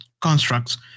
constructs